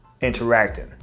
interacting